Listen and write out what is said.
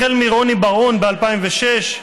החל מרוני בר־און ב-2006,